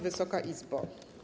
Wysoka Izbo!